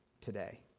today